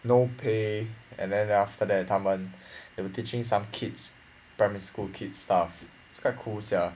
no pay and then after that 她们 have to teaching some kids primary school kid stuff quite cool sia